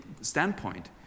standpoint